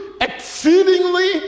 Exceedingly